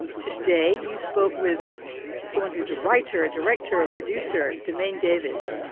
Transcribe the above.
and today, you spoke with someone who is a writer, a director, a producer, demesne davis.